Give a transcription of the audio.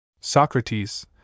Socrates